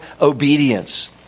obedience